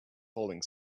falling